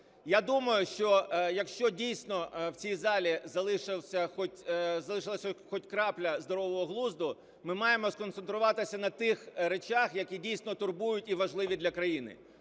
Я думаю, що якщо, дійсно, в цій залі залишився хоч крапля здорового глузду, ми маємо сконцентруватися на тих речах, які дійсно турбують і важливі для країни,